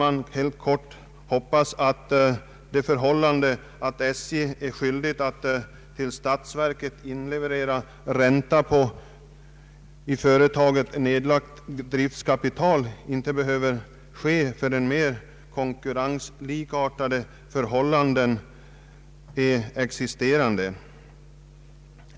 Jag vill, herr talman, hoppas att SJ inte skall behöva åläggas skyldighet att till statsverket inleverera ränta på i företaget nedlagt driftkapital förrän mera i konkurrenshänseende likartade förhållanden är för handen.